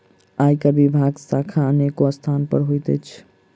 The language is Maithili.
आयकर विभागक शाखा अनेको स्थान पर होइत अछि